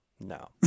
No